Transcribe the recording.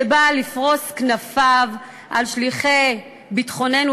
שבא לפרוס כנפיו על שליחי ביטחוננו,